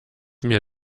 mir